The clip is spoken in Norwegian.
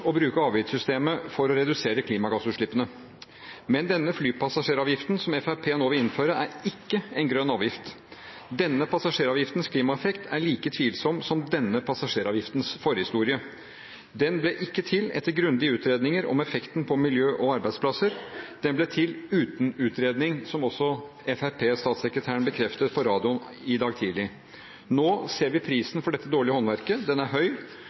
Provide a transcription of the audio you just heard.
bruke avgiftssystemet for å redusere klimagassutslippene, men denne flypassasjeravgiften som Fremskrittspartiet nå vil innføre, er ikke en grønn avgift. Denne passasjeravgiftens klimaeffekt er like tvilsom som denne passasjeravgiftens forhistorie. Den ble ikke til etter grundige utredninger om effekten på miljø og arbeidsplasser. Den ble til uten utredning, som også Fremskrittsparti-statssekretæren bekreftet på radioen i dag tidlig. Nå ser vi prisen for dette dårlige håndverket. Den er høy.